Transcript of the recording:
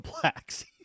blacks